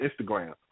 Instagram